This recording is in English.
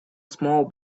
small